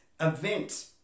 event